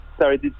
Sorry